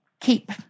keep